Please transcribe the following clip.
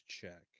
check